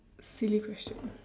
silly question